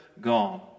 gone